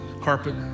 carpet